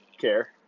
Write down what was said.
care